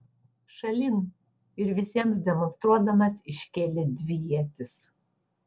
šalin ir visiems demonstruodamas iškėlė dvi ietis